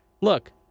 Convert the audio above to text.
look